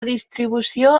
distribució